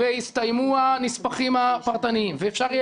יסתיימו הנספחים הפרטניים ואפשר יהיה